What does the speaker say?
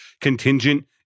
contingent